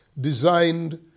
designed